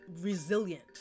resilient